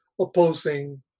opposing